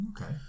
Okay